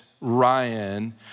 Ryan